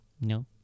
no